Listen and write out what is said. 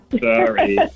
Sorry